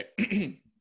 okay